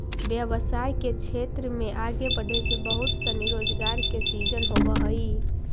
व्यवसाय के क्षेत्र में आगे बढ़े से बहुत सनी रोजगार के सृजन होवऽ हई